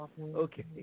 okay